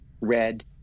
red